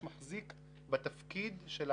נגענו בסוגיה של